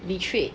betrayed